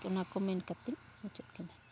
ᱠᱤ ᱚᱱᱟ ᱠᱚ ᱢᱮᱱ ᱠᱟᱛᱮᱫ ᱤᱧ ᱢᱩᱪᱟᱹᱫ ᱠᱮᱫᱟ